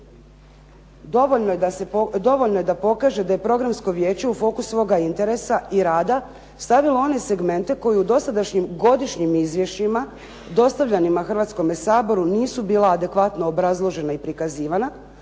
dovoljno je da pokaže da je Programsko vijeće u fokus svoga interesa i rada stavilo one segmente koje u dosadašnjim godišnjim izvješćima dostavljanima Hrvatskome saboru nisu bila adekvatno obrazložena i prikazivana